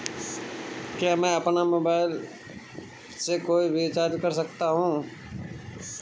क्या मैं अपने मोबाइल से कोई भी रिचार्ज कर सकता हूँ?